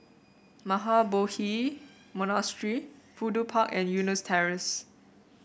Mahabodhi Monastery Fudu Park and Eunos Terrace